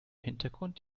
hintergrund